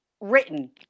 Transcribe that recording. written